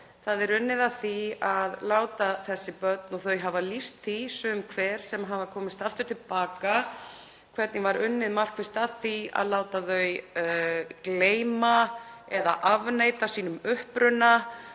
Það er unnið að því að láta þessi börn og þau hafa lýst því sum hver sem hafa komist aftur til baka hvernig var unnið markvisst að því að láta þau gleyma eða afneita sínum uppruna.